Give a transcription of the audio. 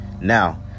Now